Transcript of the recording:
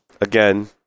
Again